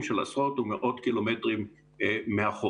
של עשרות ומאות קילומטרים מהחוף.